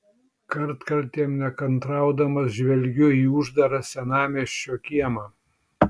kartkartėm nekantraudamas žvilgteliu į uždarą senamiesčio kiemą